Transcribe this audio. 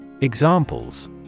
Examples